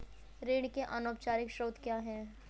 ऋण के अनौपचारिक स्रोत क्या हैं?